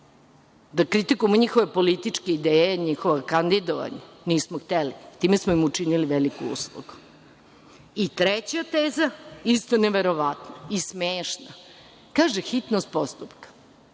Da kritikujemo njihove političke ideje, njihova kandidovanja? Nismo hteli. Time smo im učinili veliku uslugu. Treća teza, isto neverovatna i smešna. Kaže – hitnost postupka.